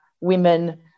women